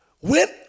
Went